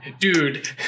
Dude